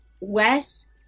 Wes